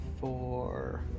Four